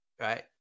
right